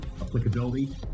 applicability